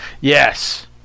Yes